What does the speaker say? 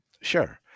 Sure